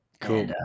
cool